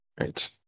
Right